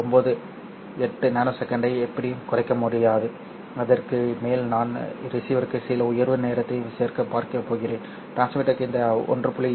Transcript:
98 ns ஐ எப்படியும் குறைக்க முடியாது அதற்கு மேல் நான் ரிசீவருக்கு சில உயர்வு நேரத்தை சேர்க்கப் போகிறேன் டிரான்ஸ்மிட்டருக்கு இந்த 1